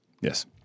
Yes